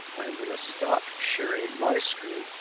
i am going to stop sharing my screen,